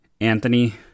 Anthony